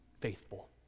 faithful